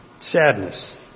sadness